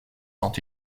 sont